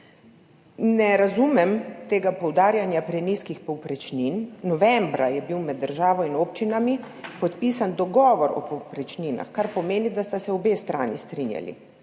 Ne razumem tega poudarjanja prenizkih povprečnin. Novembra je bil med državo in občinami podpisan dogovor o povprečninah, kar pomeni, da sta se obe strani strinjali,